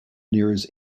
nearest